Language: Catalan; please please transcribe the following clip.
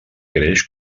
greix